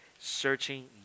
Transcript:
searching